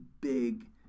big